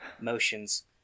motions